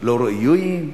לא ראויים?